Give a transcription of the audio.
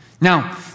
Now